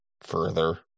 further